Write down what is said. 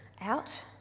out